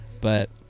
But-